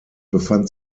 befand